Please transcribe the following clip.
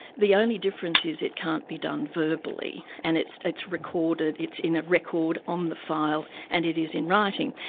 the only difference is it can't be done verbally, and it's it's recorded, it's in a record on the file, and it is in writing.